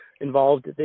involved